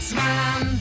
man